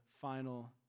final